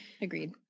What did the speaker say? Agreed